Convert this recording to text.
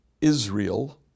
Israel